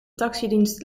taxidienst